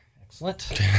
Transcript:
excellent